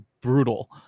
brutal